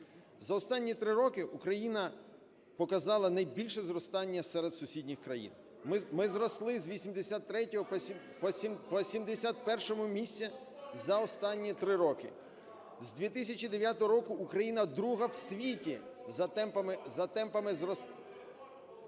За останні 3 роки Україна показала найбільше зростання серед сусідніх країн. Ми зросли з 83-го по 71 місце за останніх 3 роки. (Шум у залі) З 2009 року Україна друга в світі за темпами…